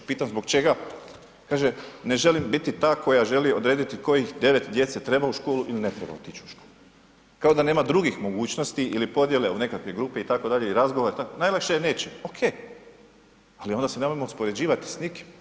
Pitam zbog čega, kaže, ne želim biti ta koja želi odrediti kojih 9 djece treba u školu ili ne treba otići u školu, kao da nema drugih mogućnosti ili podjele u nekakve grupe itd. i razgovora, najlakše jer reći ok, ali onda se nemojmo uspoređivati s nikim.